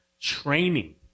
training